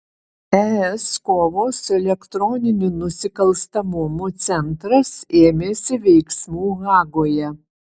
es kovos su elektroniniu nusikalstamumu centras ėmėsi veiksmų hagoje